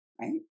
right